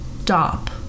stop